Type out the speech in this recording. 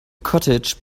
cottage